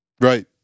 Right